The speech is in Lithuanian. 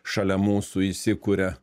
šalia mūsų įsikuria